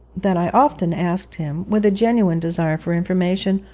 that i often asked him, with a genuine desire for information,